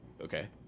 Okay